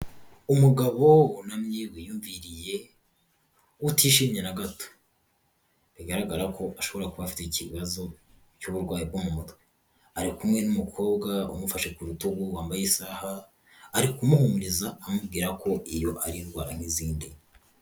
Umugabo wunamye wiyumviriye utishimye na gato, bigaragara ko ashobora kuba afite ikibazo cy'uburwayi bwo mutwe, ari kumwe n'umukobwa umufashe ku rutugu wambaye isaha, ari kumuhumuriza amubwira ko iyo ari indwara nk'izindi.